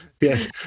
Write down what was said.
Yes